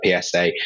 PSA